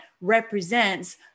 represents